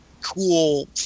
cool